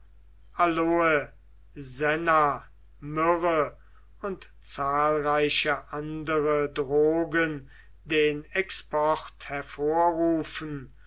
aloe senna myrrhe und zahlreiche andere drogen den export hervorrufen